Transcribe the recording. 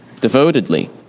devotedly